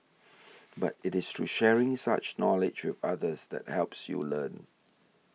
but it is through sharing such knowledge with others that helps you learn